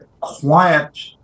quiet